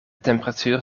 temperatuur